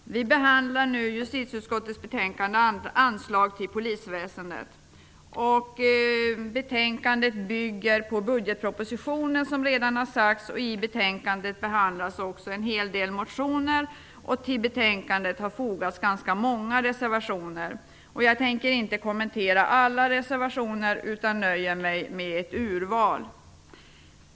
Herr talman! Vi behandlar nu justitieutskottets betänkande Anslag till polisväsendet. Som redan har sagts bygger betänkandet på budgetpropositionen. I betänkandet behandlas också en hel del motioner. Till betänkandet har fogats ganska många reservationer. Jag tänker inte kommentera alla reservationer utan jag nöjer mig med ett urval.